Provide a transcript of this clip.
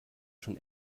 schon